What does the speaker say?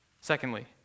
Secondly